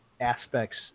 aspects